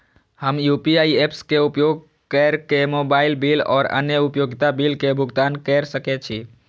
हम UPI apps के उपयोग केर के मोबाइल बिल और अन्य उपयोगिता बिल के भुगतान केर सके छी